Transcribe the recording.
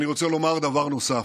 אני רוצה לומר דבר נוסף: